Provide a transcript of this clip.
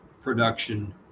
production